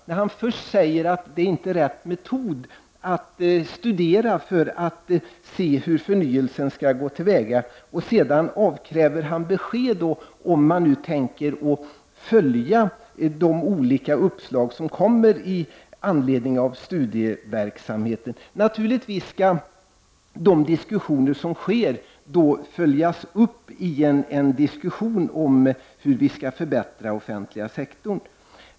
Han sade först att det inte är rätt metod att studera för att se hur förnyelsen skall gå till, och sedan avkrävde han besked i frågan om man tänker följa de olika uppslag som kommer fram genom studieverksamheten. Naturligtvis skall de diskussioner som sker följas upp i en diskussion om hur vi skall förbättra den offentliga sektorn.